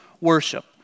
worship